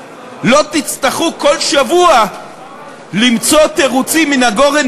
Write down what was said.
לא תצטרכו כל שבוע למצוא תירוצים מן הגורן